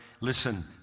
listen